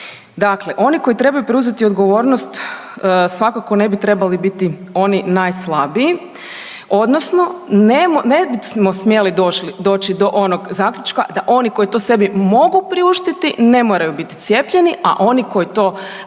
Dakle, oni koji trebaju preuzeti odgovornost, svakako ne bi trebali biti oni najslabiji, odnosno ne bismo smjeli doći do onog zaključka da oni koji to sebi mogu priuštiti, ne moraju biti cijepljeni a oni koji to sebi